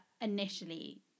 initially